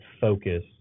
focus